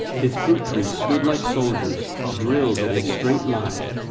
his fruit trees stood like soldiers drilled in a straight line,